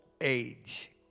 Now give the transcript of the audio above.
age